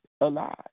alive